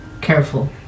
careful